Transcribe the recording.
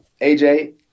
AJ